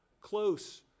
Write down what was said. close